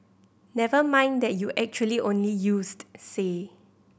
never mind that you actually only used say